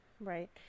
right